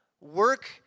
work